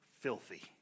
filthy